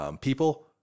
people